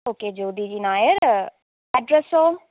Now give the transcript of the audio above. okay Jyothi G Nair അഡ്രെസ്സൊ